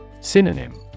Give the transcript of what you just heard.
Synonym